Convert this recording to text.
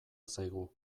zaigu